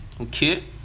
okay